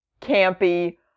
campy